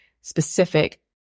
specific